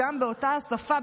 גם באותה השפה,